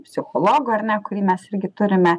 psichologu ar ne kurį mes irgi turime